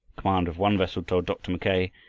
commander of one vessel told dr. mackay,